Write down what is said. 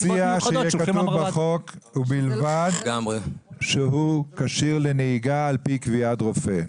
אני מציע שיהיה כתוב בחוק ובלבד שהוא כשיר לנהיגה על פי קביעת רופא.